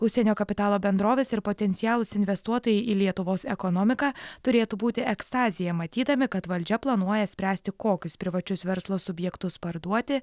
užsienio kapitalo bendrovės ir potencialūs investuotojai į lietuvos ekonomiką turėtų būti ekstazėje matydami kad valdžia planuoja spręsti kokius privačius verslo subjektus parduoti